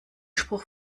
spruch